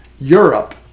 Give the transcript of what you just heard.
Europe